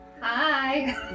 Hi